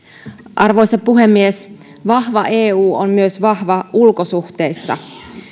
arvoisa puhemies vahva eu on vahva myös ulkosuhteissa